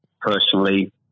personally